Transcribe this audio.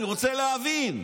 אני רוצה להבין.